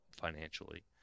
financially